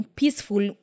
peaceful